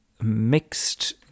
mixed